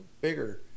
bigger